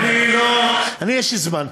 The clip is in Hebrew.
אני, יש לי זמן.